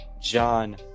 John